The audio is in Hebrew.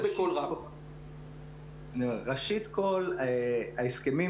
ראשית כול, ההסכמים